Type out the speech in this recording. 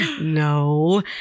no